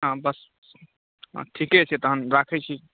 हँ बस हँ ठीके छै तखन रखैत छी